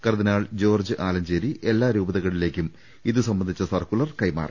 കർദ്ദിനാൾ ജോർജ്ജ് ആലഞ്ചേരി എല്ലാ രൂപതകളിലേക്കും ഇതുസംബന്ധിച്ച സർക്കുലർ കൈമാറി